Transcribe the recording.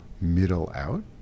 middle-out